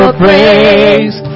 praise